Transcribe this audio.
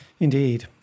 Indeed